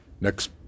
Next